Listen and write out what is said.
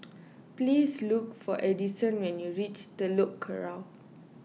please look for Edison when you reach Telok Kurau